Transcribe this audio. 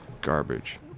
Garbage